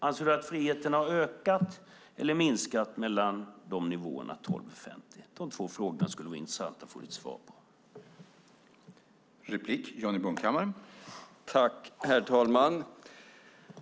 Anser han att friheten har ökat eller minskat mellan dessa nivåer? De två frågorna skulle vara intressanta att få svar på.